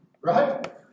Right